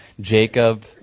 Jacob